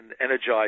energized